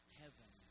heaven